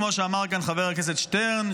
כמו שאמר כאן חבר הכנסת שטרן,